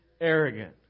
arrogant